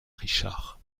richard